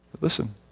Listen